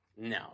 No